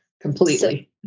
completely